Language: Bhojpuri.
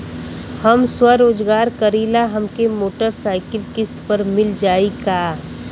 हम स्वरोजगार करीला हमके मोटर साईकिल किस्त पर मिल जाई का?